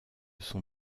son